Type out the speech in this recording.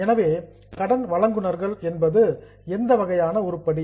எனவே கிரெடிட்டார்ஸ் கடன் வழங்குநர்கள் என்பது எந்த வகையான உருப்படி